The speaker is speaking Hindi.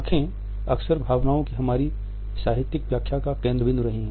आँखें अक्सर भावनाओं की हमारी साहित्यिक व्याख्या का केंद्र बिंदु रही हैं